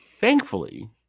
Thankfully